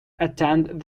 attend